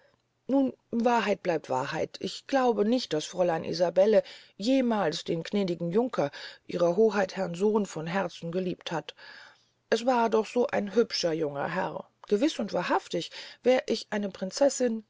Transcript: nun wahrheit bleibt wahrheit ich glaube nicht daß fräulein isabelle jemals den gnädigen junker ihrer hoheit herrn sohn von herzen lieb gehabt hat es war doch so ein hübscher junger herr gewiß und wahrhaftig wär ich eine prinzessin